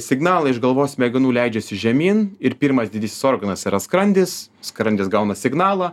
signalai iš galvos smegenų leidžiasi žemyn ir pirmas didysis organas yra skrandis skrandis gauna signalą